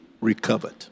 recovered